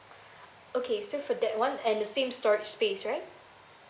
okay so for that one and the same storage space right